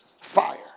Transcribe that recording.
fire